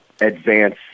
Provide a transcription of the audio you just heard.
advance